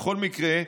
בכל מקרה,